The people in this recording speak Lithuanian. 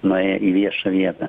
nuėję į viešą vietą